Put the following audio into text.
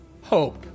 Hope